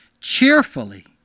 cheerfully